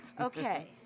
Okay